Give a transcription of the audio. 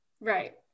Right